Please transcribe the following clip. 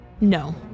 No